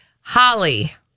Holly